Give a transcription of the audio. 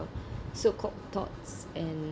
so-called thoughts and